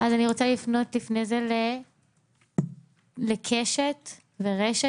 אני רוצה לפנות לקשת ורשת,